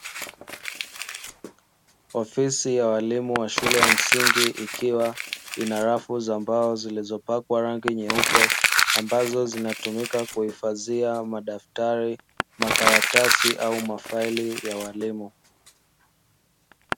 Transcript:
Ofisi ya walimu wa shule ya msingi, ikiwa ina rafu za mbao zilizopakwa rangi nyeupe; ambazo zinatumika kuhifadhia madaftari, makaratasi au mafaili ya walimu.